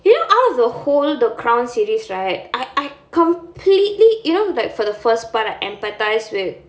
you know out of the whole the crown series right I I completely you know that for the first part I empathise with